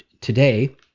today